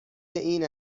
این